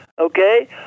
Okay